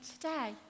today